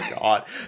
God